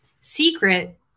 secret